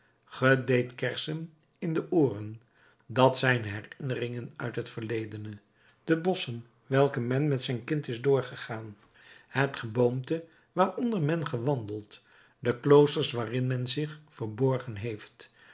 deedt kersen in de ooren dat zijn herinneringen uit het verledene de bosschen welke men met zijn kind is doorgegaan het geboomte waaronder men gewandeld de kloosters waarin men zich verborgen heeft